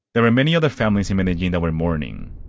there were many other families in medellin that were mourning.